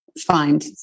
find